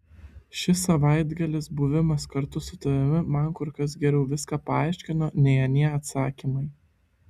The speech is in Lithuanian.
šis savaitgalis buvimas kartu su tavimi man kur kas geriau viską paaiškino nei anie atsakymai